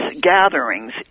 gatherings